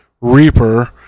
Reaper